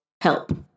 help